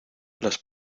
las